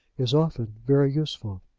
is often very useful.